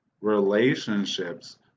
relationships